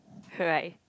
right